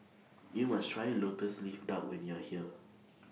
YOU must Try Lotus Leaf Duck when YOU Are here